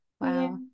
wow